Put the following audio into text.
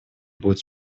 будет